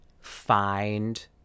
find